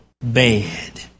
bad